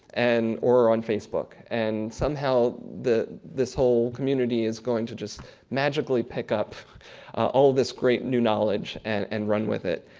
and or on facebook. and somehow this whole community is going to just magically pick up all this great new knowledge and and run with it.